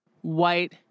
white